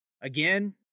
again